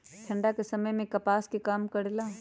ठंडा के समय मे कपास का काम करेला?